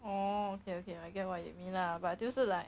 oh okay okay I you get what you mean lah but 就是 like